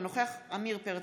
אינו נוכח עמיר פרץ,